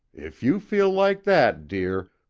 if you feel like that, dear,